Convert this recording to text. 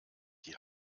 die